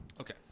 Okay